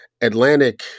Atlantic